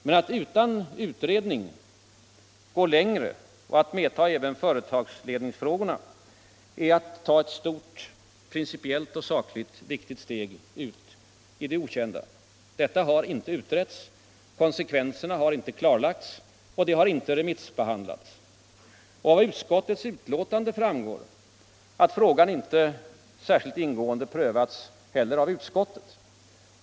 Men att utan utredning gå längre och ta med även företagsledningsfrågorna är att ta ett stort, principiellt och sakligt viktigt steg ut i det okända. Detta har inte utretts. Konsekvenserna har inte klarlagts. Och frågan har inte remissbehandlats. Av utskottets betänkande framgår att frågan inte heller prövats särskilt ingående av utskottet.